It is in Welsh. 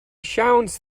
siawns